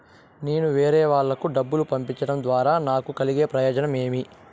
నేను వేరేవాళ్లకు డబ్బులు పంపించడం ద్వారా నాకు కలిగే ప్రయోజనం ఏమి?